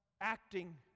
acting